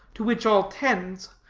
to which all tends,